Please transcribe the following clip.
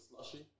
slushy